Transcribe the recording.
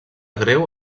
greu